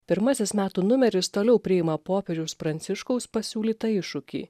pirmasis metų numeris toliau priima popiežiaus pranciškaus pasiūlytą iššūkį